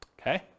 okay